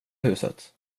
huset